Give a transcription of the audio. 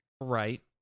right